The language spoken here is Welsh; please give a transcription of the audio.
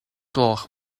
gloch